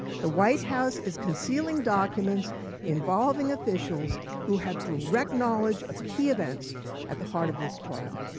the white house is concealing documents involving officials who have direct knowledge of key events at the heart of this trial.